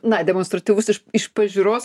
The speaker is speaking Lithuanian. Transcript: na demonstratyvus iš iš pažiūros